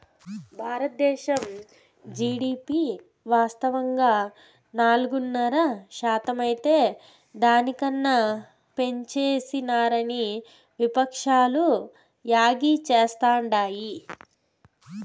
బారద్దేశం జీడీపి వాస్తవంగా నాలుగున్నర శాతమైతే దాని కన్నా పెంచేసినారని విపక్షాలు యాగీ చేస్తాండాయి